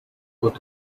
got